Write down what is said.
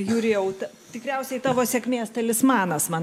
jurijau tikriausiai tavo sėkmės talismanas man